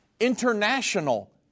international